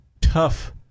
tough